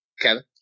Kevin